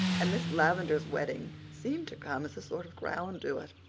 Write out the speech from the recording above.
and miss lavendar's wedding seemed to come as a sort of crown to it.